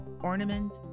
Ornament